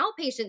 outpatient